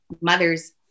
mothers